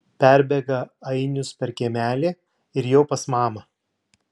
perbėga ainius per kiemelį ir jau pas mamą